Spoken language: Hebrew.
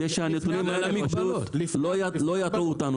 שהנתונים האלה לא יטעו אותנו.